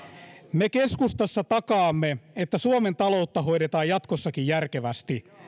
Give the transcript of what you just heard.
me keskustassa takaamme että suomen taloutta hoidetaan jatkossakin järkevästi